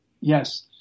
Yes